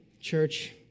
church